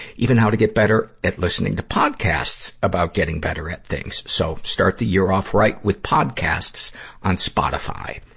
even how to get better at listening to podcasts about getting better at things. so, start the year off right with podcasts on spotify.